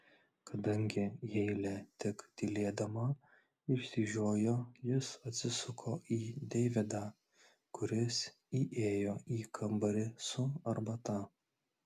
kadangi heilė tik tylėdama išsižiojo jis atsisuko į deividą kuris įėjo į kambarį su arbata